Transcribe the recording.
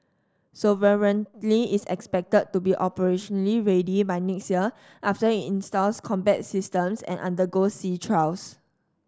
sovereignty is expected to be operationally ready by next year after it installs combat systems and undergoes sea trials